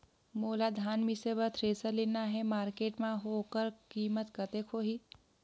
मोला धान मिसे बर थ्रेसर लेना हे मार्केट मां होकर कीमत कतेक होही?